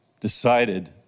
decided